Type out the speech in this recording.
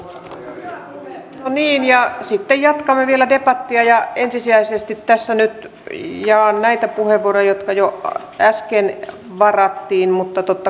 kiitoksia nyt heti alkuun näistä erittäin hyvistä puheenvuoroista ja kyllä kyllä minä jaan tismalleen nämä teidän huolenne nimenomaan pienituloisista ihmisistä joihin nimenomaan nämä leikkaukset kohdistuvat